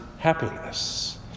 happiness